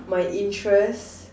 my interests